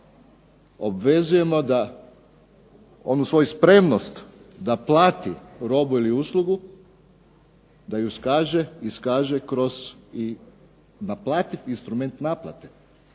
obvezujemo da onu svoju spremnost da plati robu ili uslugu, da ju iskaže kroz i naplati instrument naplate.